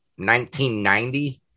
1990